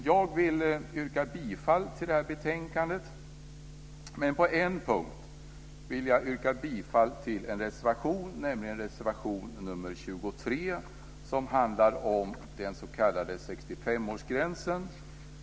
Jag yrkar bifall till utskottets förslag i betänkandet men också till reservation 23 som handlar om den s.k. 65-årsgränsen.